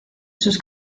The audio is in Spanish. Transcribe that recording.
sus